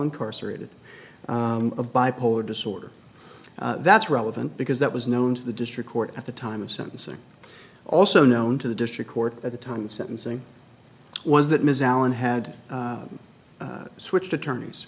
incarcerated of bipolar disorder that's relevant because that was known to the district court at the time of sentencing also known to the district court at the time of sentencing was that ms allen had switched attorneys